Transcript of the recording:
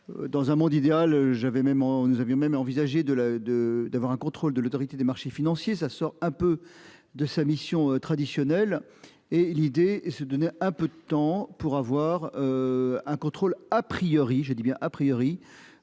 Dans un monde idéal, j'avais même on nous avions même envisagé de le de, d'avoir un contrôle de l'Autorité des marchés financiers. Ça sort un peu de sa mission traditionnelle et l'idée et se donner un peu de temps pour avoir. Un contrôle à priori, je dis bien à priori